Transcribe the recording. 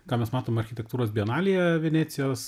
ką mes matom architektūros bienalėje venecijos